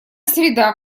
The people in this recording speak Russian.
среда